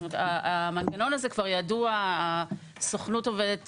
המנגנון הזה כבר ידוע, הסוכנות עובדת